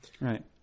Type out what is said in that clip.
Right